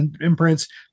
imprints